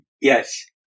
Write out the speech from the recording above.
Yes